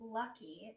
lucky